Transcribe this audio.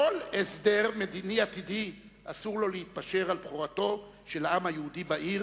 כל הסדר מדיני עתידי אסור לו להתפשר על בכורתו של העם היהודי בעיר